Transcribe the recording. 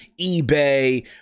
eBay